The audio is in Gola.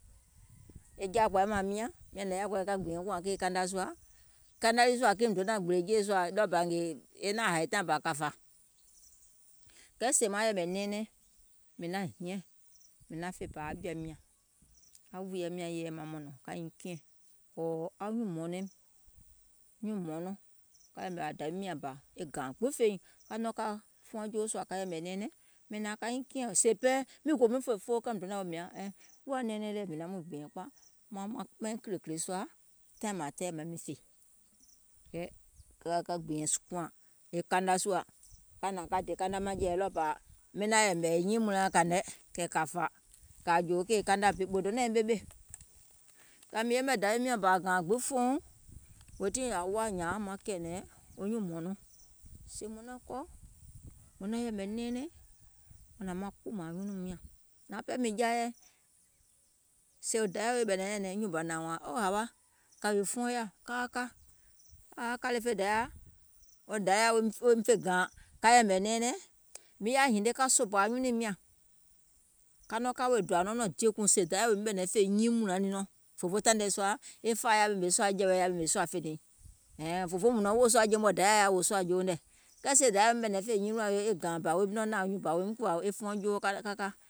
Wo jaȧkpȧi mȧȧŋ miȧŋ, miȧŋ nȧŋ yaȧ kɔɔyɛ ka gbìȧŋ kùȧŋ kèè kana sùȧ, kana lii sùȧ kiìŋ mìŋ donȧŋ gbìlè e jèèsùȧ ngèè e naȧŋ hàì taìŋ bȧ kȧ fȧ, kɛɛ sèè maŋ yɛ̀mɛ̀ nɛɛnɛŋ mìŋ naŋ hiɛ̀ŋ mìŋ naŋ fè bȧ aŋ jɔ̀àim nyȧŋ, aŋ wùìyaim nyȧŋ yè nyaŋ maŋ mɔ̀nɔ̀ŋ ka nyiŋ kiɛ̀ŋ, ɔ̀ɔ̀ anyuùŋ mɔ̀ɔ̀nɔim, nyuùŋ mɔ̀ɔ̀nɔŋ, ka yɛ̀mɛ̀ aŋ dȧwiim nyȧŋ bȧ e gȧȧŋ gbiŋ fè nyìŋ, ka kȧ fuɔŋ joo sùȧ ka yɛ̀mɛ̀ nɛɛnɛŋ, mìŋ hnȧŋ ka nyiŋ kiɛ̀ŋ sèè pɛɛ miŋ gò muiŋ fe foo kɛɛ mìŋ donȧŋ woò mìȧŋ, ɛɛŋ, kuwȧ nɛɛnɛŋ lɛɛ̀ mìŋ naŋ muiŋ gbìɛ̀ŋ kpȧŋ, mùŋ kɔ̀ȧ maiŋ kìlèkìlè sùȧ, taìŋ mȧȧŋ tɛɛ̀ maŋ miŋ fè. Kɛɛ ka ka ka gbìȧŋ kùȧŋ e kana sùȧ, ka hnȧŋ ka dè kana maŋjɛ̀wɛ ɗɔɔbȧ miŋ naȧŋ yɛ̀mɛ̀ nyiiŋ mùŋlaȧŋ kȧìŋ nɛ, kɛ̀ kȧ fà, kɛɛ mìŋ yɛmɛ̀ dȧwi miɔ̀ŋ bȧ gȧȧŋ gbiŋ fòuŋ, weètii ȧŋ woȧ nyȧȧŋ maŋ kɛ̀ɛ̀nɛ̀ŋ wo nyuùŋ mɔ̀ɔ̀nɔŋ, sèè mùŋ naŋ kɔ̀ mùŋ naŋ yɛ̀mɛ̀ nɛɛnɛŋ, maŋ hnȧŋ maŋ kpùùmȧŋ nyunùum nyȧŋ, nȧȧŋ ɓɛɛ mìŋ jaa yɛi, sèè wo dayà weè ɓɛ̀nɛ̀ŋ nyɛ̀nɛ̀ŋ wo nyùùŋ wo hnȧŋ wȧȧŋ oo hȧwa, kȧwì fuɔŋ yaȧ, kaa ka, aa kȧle fè dayà, wo dayȧ woim fè gȧȧŋ ka yɛ̀mɛ̀ nɛɛnɛŋ, mìŋ yaȧ hinie ka sòpòò anyunùim nyȧŋ, ka nɔŋ ka wèè dòȧ nɔɔnɔŋ dièguùŋ sèè dayȧ naim ɓɛ̀nɛ̀ŋ fè nyiiŋ mùnlaiŋ nɔɔ̀ŋ, fòfoo taìŋ nɛɛ̀ sùȧ, e fàa yaȧ ɓèmè sùȧ jɛ̀wɛ̀i yaȧ ɓèmè sùȧ fènìiŋ, ɛ̀ɛɛ̀ŋ, fòfoo mùŋ nɔ̀ŋ wòò sùȧ je mɔ̀ɛ̀ dayȧ yaȧ wòò sùȧ joouŋ nɛ̀, kɛɛ sèè dayȧ naim ɓɛ̀nɛ̀ŋ fè nyiiŋ mùnlaŋ